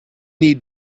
need